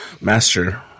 Master